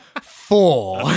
four